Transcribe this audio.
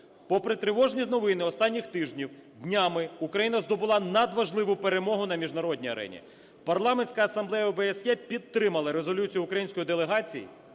Попри тривожні новини останніх тижнів, днями Україна здобула надважливу перемогу на міжнародній арені. Парламентська асамблея ОБСЄ підтримала резолюцію української делегації,